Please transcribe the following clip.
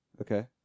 okay